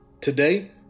Today